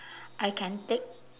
I can take